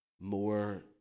more